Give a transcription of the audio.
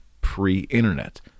pre-internet